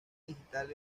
digital